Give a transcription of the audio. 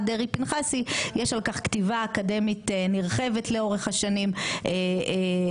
דרעי-פנחסי יש על כך כתיבה אקדמית נרחבת לאורך השנים ומחלוקת